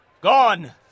Gone